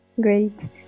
Great